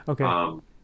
Okay